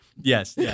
Yes